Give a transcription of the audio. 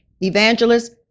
evangelist